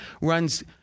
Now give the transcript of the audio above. runs